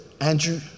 Andrew